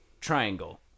triangle